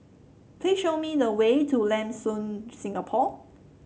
please show me the way to Lam Soon Singapore